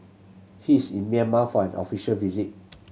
he is in Myanmar for an official visit